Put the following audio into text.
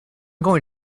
going